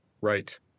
Right